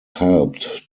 helped